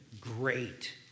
Great